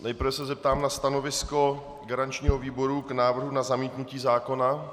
Nejprve se zeptám na stanovisko garančního výboru k návrhu na zamítnutí zákona.